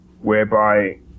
whereby